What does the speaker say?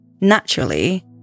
Naturally